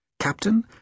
Captain